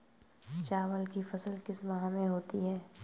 चावल की फसल किस माह में होती है?